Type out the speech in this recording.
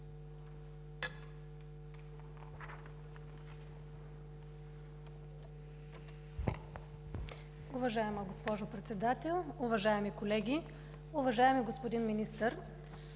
Уважаема госпожо Председател, уважаеми колеги, уважаеми господин министър!